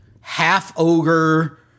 half-ogre